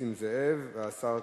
נסים זאב והשר כחלון.